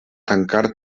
tancar